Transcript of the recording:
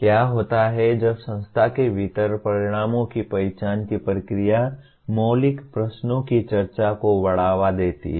क्या होता है जब संस्था के भीतर परिणामों की पहचान की प्रक्रिया मौलिक प्रश्नों की चर्चा को बढ़ावा देती है